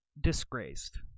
disgraced